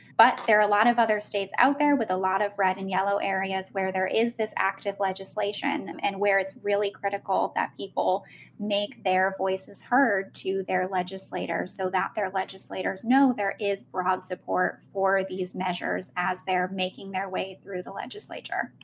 but there are a lot of other states out there with a lot of red and yellow areas where there is this active legislation, and where it's really critical that people make their voices heard to their legislators so that their legislators know there is broad support for these measures as they're making their way through the legislature.